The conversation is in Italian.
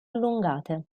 allungate